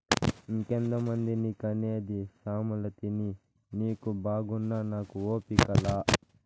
ఇంకెంతమందిని కనేది సామలతిని నీకు బాగున్నా నాకు ఓపిక లా